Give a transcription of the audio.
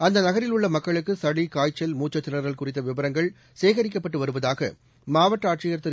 அந்த நகரில் உள்ள மக்களுக்கு சளி காய்ச்சல் மூச்சுத்திணறல் குறித்த விவரங்கள் சேகரிக்கப்பட்டு வருவதாக மாவட்ட ஆட்சியர் திரு